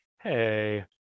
Hey